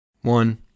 One